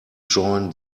join